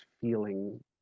feeling